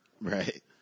Right